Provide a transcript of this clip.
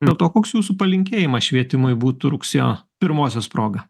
dėl to koks jūsų palinkėjimas švietimui būtų rugsėjo pirmosios proga